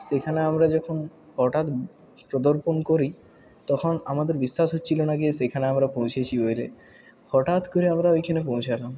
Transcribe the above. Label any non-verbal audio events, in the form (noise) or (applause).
সেখানে আমরা যখন হঠাৎ পদার্পণ করি তখন আমাদের বিশ্বাস হচ্ছিল না গিয়ে সেইখানে আমরা পৌঁছেছি (unintelligible) হঠাৎ করে আমরা ওইখানে পৌঁছালাম